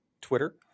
Twitter